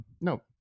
No